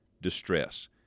distress